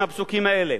מהפסוקים האלה?